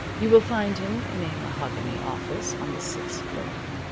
you will find him in a mahogany office on the sixth floor.